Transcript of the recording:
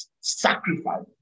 sacrifice